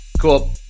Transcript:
cool